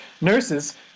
Nurses